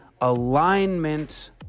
alignment